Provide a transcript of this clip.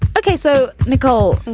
ok, so nicole.